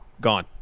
gone